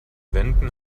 wänden